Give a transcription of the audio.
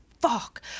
fuck